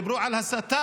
דיברו על הסתה,